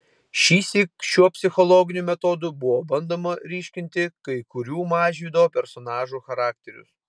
šįsyk šiuo psichologiniu metodu buvo bandoma ryškinti kai kurių mažvydo personažų charakterius